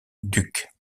duc